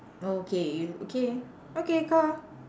oh K y~ okay okay car